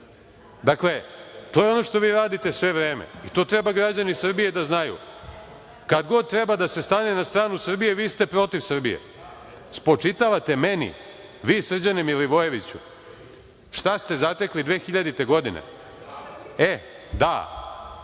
to je ono što vi radite sve vreme i to treba građani Srbije da znaju. Kad god treba da se stane na stranu Srbije vi ste protiv Srbije. Spočitavate meni, vi Srđane Milovojeviću, šta ste zatekli 2000. godine. E, da.